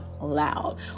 loud